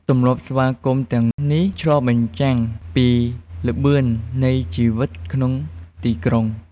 ទម្លាប់ស្វាគមន៍ទាំងនេះ ឆ្លុះបញ្ចាំងពីល្បឿននៃជីវិតក្នុងទីក្រុង។